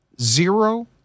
zero